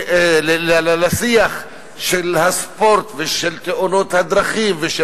לשיח של הספורט ושל תאונות הדרכים ושל